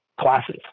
classes